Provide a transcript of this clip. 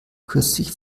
kürzlich